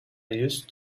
used